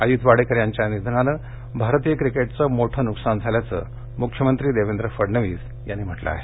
अजित वाडेकर यांच्या निधनानं भारतीय क्रिकेटच मोठं नुकसान झाल्याचं मुख्यमंत्री देवेंद्र फडणवीस यांनी म्हटलं आहे